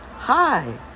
Hi